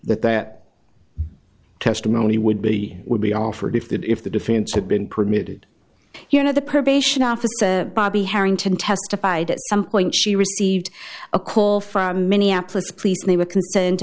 that that testimony would be would be offered if that if the defense had been permitted you know the probation officer bobby harrington testified at some point she received a call from minneapolis police and they were con